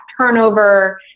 turnover